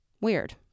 Weird